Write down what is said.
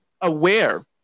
aware